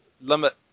limit